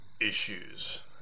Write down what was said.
issues